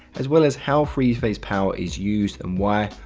as well as how three phase power is used and why.